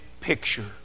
picture